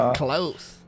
close